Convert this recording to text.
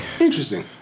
Interesting